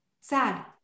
Sad